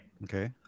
Okay